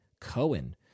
Cohen